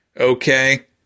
Okay